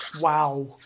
wow